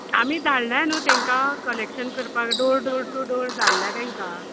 आमी धाडल्या न्हू तेंका कलेक्शन करपाक डोर डोर टू डोर धाडल्या तेंका